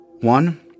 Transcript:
One-